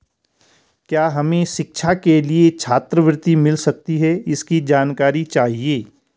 क्या हमें शिक्षा के लिए छात्रवृत्ति मिल सकती है इसकी जानकारी चाहिए?